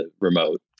remote